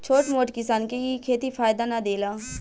छोट मोट किसान के इ खेती फायदा ना देला